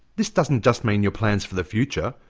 this doesn't just mean your plans for the future,